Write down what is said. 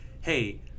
hey